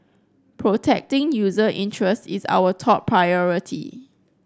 protecting user interests is our top priority